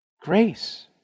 Grace